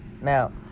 Now